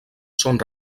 són